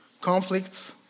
Conflicts